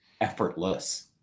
effortless